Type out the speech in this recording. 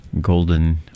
golden